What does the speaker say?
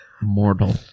mortal